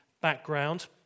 background